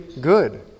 good